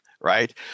right